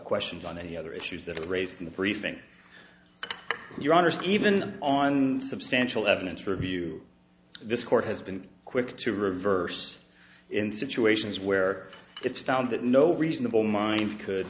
questions on any other issues that were raised in the briefing your honour's even on substantial evidence review this court has been quick to reverse in situations where it's found that no reasonable mind could